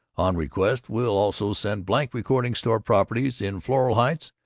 on request will also send blank regarding store properties in floral heights,